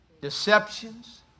deceptions